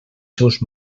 seus